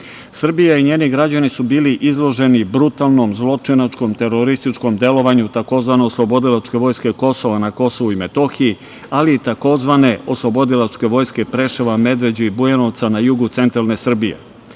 i njeni građani su bili izloženi brutalnom zločinačkom terorističkom delovanju tzv. Oslobodilačke vojske Kosova na Kosovu i Metohiji, ali i tzv. Oslobodilačke vojske Preševa, Medveđe i Bujanovca na jugu centralne Srbije.